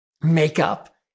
makeup